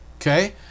Okay